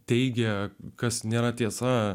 teigia kad nėra tiesa